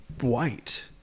white